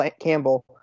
Campbell